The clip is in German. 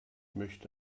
möchte